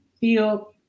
feel